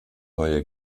neuer